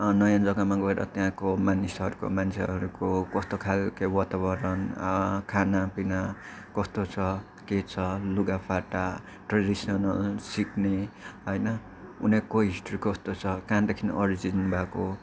नयाँ जग्गामा गएर त्यहाँको मानिसहरूको मान्छेहरूको कस्तो खालको वातावरन खानापिना कस्तो छ के छ लुगाफाटा ट्रेडिसनल सिक्ने होइन उनीहरूको हिस्ट्री कस्तो छ कहाँदेखि अरिजिन भएको